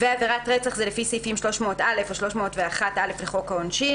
"עבירת רצח" לפי סעיפים 300(א) או 301א לחוק העונשין,